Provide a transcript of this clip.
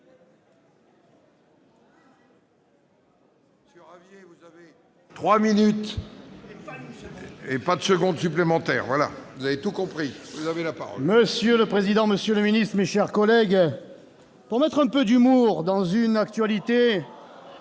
Monsieur le président, monsieur le ministre, mes chers collègues, pour mettre un peu d'humour dans une actualité